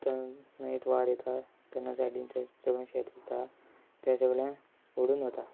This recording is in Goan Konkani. तें न्हंयेंत हुंवार येता तेन्ना सायडीन ते सगळें शेत उरता ते सगळे उडून वता